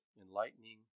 enlightening